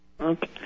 Okay